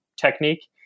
technique